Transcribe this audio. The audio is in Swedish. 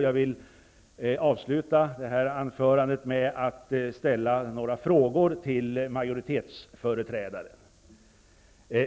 Jag avslutar mitt anförande med att ställa några frågor till majoritetsföreträdaren: